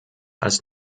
als